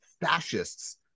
fascists